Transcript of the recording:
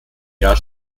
jahr